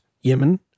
Yemen